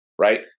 Right